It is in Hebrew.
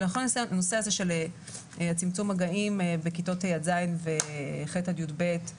ולכן הנושא הזה של הצמצום מגעים בכיתות ה' עד ז' וח' עד יב',